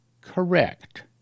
Correct